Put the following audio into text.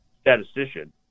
statistician